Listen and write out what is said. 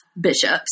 bishops